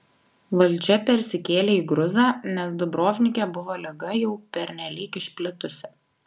valdžia persikėlė į gruzą nes dubrovnike buvo liga jau pernelyg išplitusi